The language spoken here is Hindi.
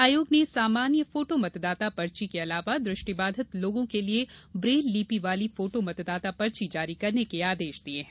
आयोग ने सामान्य फोटो मतदाता पर्ची के अलावा दृष्टिबाधित लोगों के लिए ब्रेल लिपि वाली फोटो मतदाता पर्ची जारी करने के आदेश दिये हैं